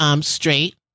straight